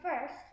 first